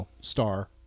Star